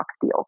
deal